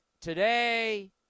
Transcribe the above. today